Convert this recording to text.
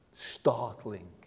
Startling